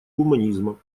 гуманизма